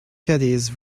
caddies